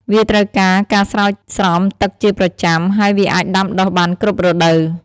វាត្រូវការការស្រោចស្រពទឹកជាប្រចាំ ហើយវាអាចដាំដុះបានគ្រប់រដូវ។